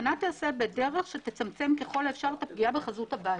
ההתקנה תיעשה בדרך שתצמצם כל האפשר את הפגיעה בחזות הבית.